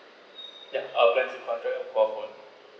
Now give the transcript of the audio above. plan uh plan with contract mobile phone